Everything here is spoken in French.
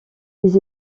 les